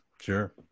Sure